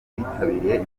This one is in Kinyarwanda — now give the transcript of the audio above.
bitabiriye